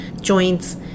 joints